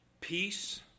Peace